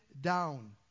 down